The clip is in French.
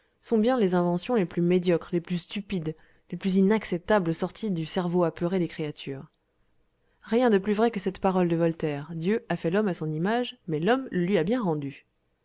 sont bien les inventions les plus médiocres les plus stupides les plus inacceptables sorties du cerveau apeuré des créatures rien de plus vrai que cette parole de voltaire dieu a fait l'homme à son image mais l'homme le lui a bien rendu